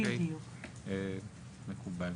אוקיי, מקובל.